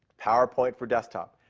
powerpoint for desktop.